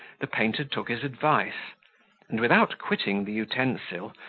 the painter took his advice and, without quitting the utensil,